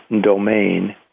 domain